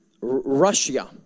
Russia